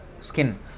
skin